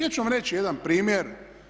Ja ću vam reći jedan primjer.